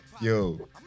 Yo